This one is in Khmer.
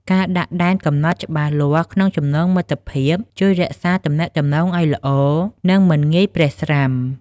ការដាក់ដែនកំណត់ច្បាស់លាស់ក្នុងចំណងមិត្តភាពជួយរក្សាទំនាក់ទំនងឱ្យល្អ និងមិនងាយប្រេះស្រាំ។